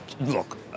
look